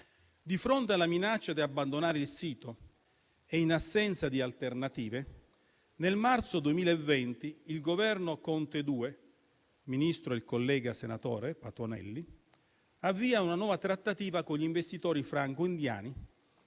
Di fronte alla minaccia di abbandonare il sito e in assenza di alternative, nel marzo 2020 il Governo Conte II - Ministro era allora il collega senatore Patuanelli - avvia una nuova trattativa con gli investitori franco-indiani,